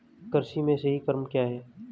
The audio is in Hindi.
कृषि में सही क्रम क्या है?